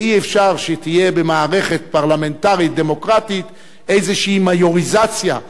ואי-אפשר שתהיה במערכת פרלמנטרית דמוקרטית איזו מיוריזציה,